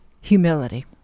Humility